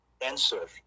answer